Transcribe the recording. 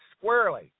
squarely